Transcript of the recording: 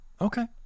Okay